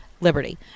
Liberty